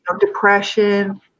depression